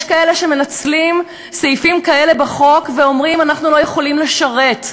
יש כאלה שמנצלים סעיפים כאלה בחוק ואומרים: אנחנו לא יכולים לשרת,